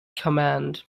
command